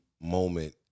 moment